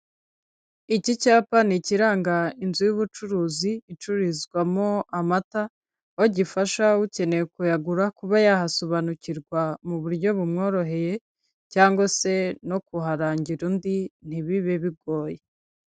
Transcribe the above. Iki cyapa ni ikiranga inzu y'ubucuruzi icururizwamo amata, aho gifasha ukeneye kuyagura kuba yahasobanukirwa mu buryo bumworoheye cyangwa se no kuharangira undi ntibibe bigoye.